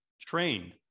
trained